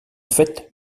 fait